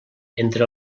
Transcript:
entre